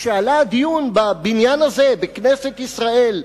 כשעלה לדיון בבניין הזה, בכנסת ישראל,